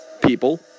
people